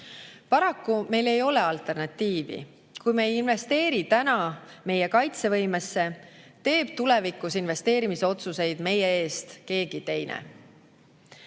Paraku meil ei ole alternatiivi. Kui me ei investeeri täna meie kaitsevõimesse, teeb tulevikus investeerimisotsuseid meie eest keegi